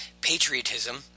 Patriotism